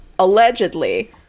allegedly